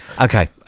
Okay